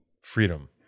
freedom